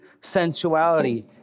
sensuality